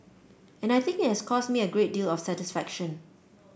and I think it has caused me a great deal of satisfaction